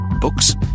books